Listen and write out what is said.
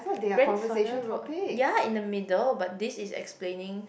grandfather road ya in the middle but this is explaining